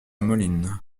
moline